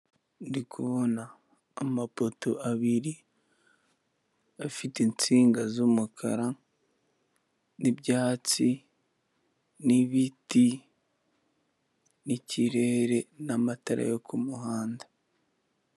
Ndikubona amapoto abiri afite insinga z'umukara n' ibyatsi n' ibiti n' ikirere n'amatara yo ku muhanda .